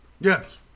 Yes